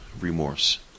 remorse